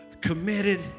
committed